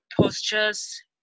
postures